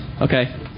okay